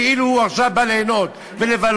כאילו הוא עכשיו בא ליהנות ולבלות,